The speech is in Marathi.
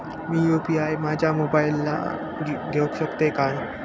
मी यू.पी.आय माझ्या मोबाईलावर घेवक शकतय काय?